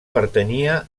pertanyia